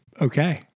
Okay